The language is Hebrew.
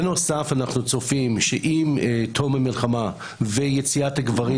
בנוסף אנחנו צופים שעם תום המלחמה ויציאת הגברים